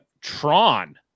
Tron